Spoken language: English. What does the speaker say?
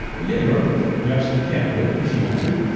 well yeah, you are built for it. you absolutely can do it if you want to.